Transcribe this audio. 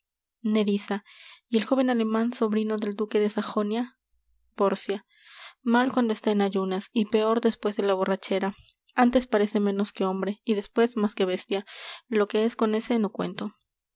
y el jóven aleman sobrino del duque de sajonia pórcia mal cuando está en ayunas y peor despues de la borrachera antes parece menos que hombre y despues más que bestia lo que es con ése no cuento